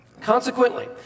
Consequently